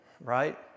right